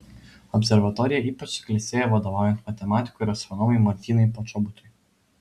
observatorija ypač suklestėjo vadovaujant matematikui ir astronomui martynui počobutui